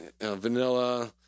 vanilla